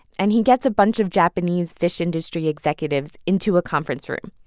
and he gets a bunch of japanese fish industry executives into a conference room,